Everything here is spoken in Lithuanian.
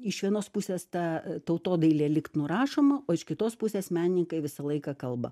iš vienos pusės ta tautodailė lyg nurašoma o iš kitos pusės menininkai visą laiką kalba